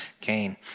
Cain